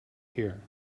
here